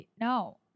No